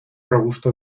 robusto